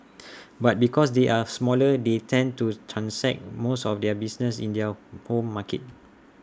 but because they are smaller they tend to transact most of their business in their home markets